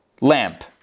lamp